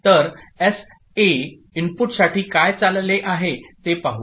तर एसए इनपुटसाठी काय चालले आहे ते पाहू